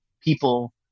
people